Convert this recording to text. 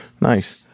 Nice